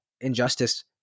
injustice